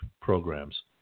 programs